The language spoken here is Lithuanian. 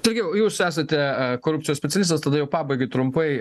sergėjau jūs esate korupcijos specialistas tada jau pabaigai trumpai